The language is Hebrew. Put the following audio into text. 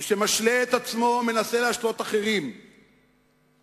מי שמשלה את עצמו מנסה להשלות אחרים שניתן